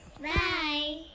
Bye